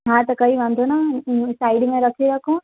हा त कोई वांदो न आहे साइड में रखी रखो